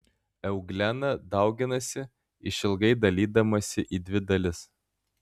euglena dauginasi išilgai dalydamasi į dvi dalis